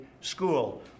school